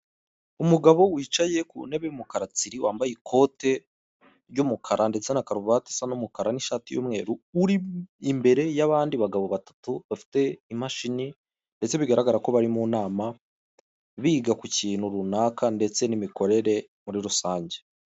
Umugabo wicaye ku ntebe y'umukara tsiri wambaye ikote ry'umukara ndetse na karuvate isa n'umukara n'ishati y'umweru, uri imbere y'abandi bagabo batatu bafite imashini ndetse bigaragara ko bari mu nama biga ku kintu runaka ndetse n'imikorere muri rusange.